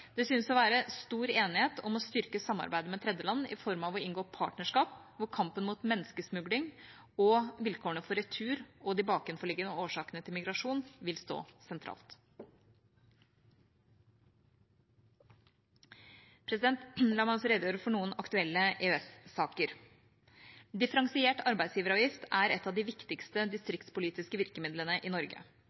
Det synes å være stor enighet om å styrke samarbeidet med tredjeland i form av å inngå partnerskap, hvor kampen mot menneskesmugling, vilkårene for retur og de bakenforliggende årsakene til migrasjon vil stå sentralt. La meg også redegjøre for noen aktuelle EØS-saker. Differensiert arbeidsgiveravgift er et av de viktigste distriktspolitiske virkemidlene i Norge.